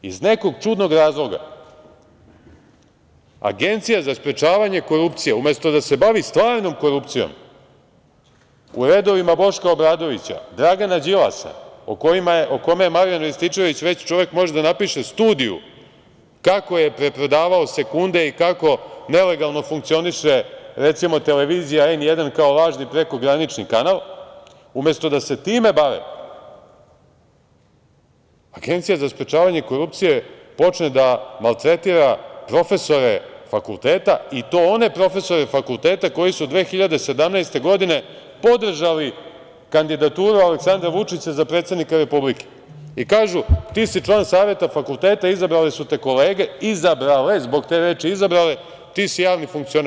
Iz nekog čudnog razloga Agencija za sprečavanje korupcije, umesto da se bavi stvarnom korupcijom u redovima Boška Obradovića, Dragana Đilasa, o kome Marijan Rističević može da napiše studiju kako je preprodavao sekunde i kako nelegalno funkcioniše, recimo, televizija N1 kao lažni prekogranični kanal, umesto da se time bave Agencija za sprečavanje korupcije počne da maltretira profesore fakulteta, i to one profesore fakulteta koji su 2017. godine podržali kandidaturu Aleksandra Vučića za predsednika Republike i kažu - ti si član Saveta fakulteta, izabrale su te kolege, izabrale, zbog te reči izabrale, ti si javni funkcioner.